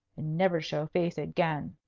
and never show face again.